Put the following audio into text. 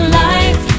life